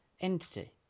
entity